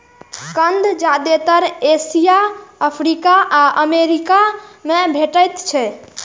कंद जादेतर Asia, Africa आ अमेरिका मे भेटैत छैक